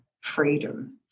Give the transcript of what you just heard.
freedom